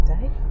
Dave